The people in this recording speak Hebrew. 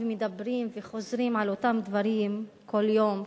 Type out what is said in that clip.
ומדברים וחוזרים על אותם דברים כל יום,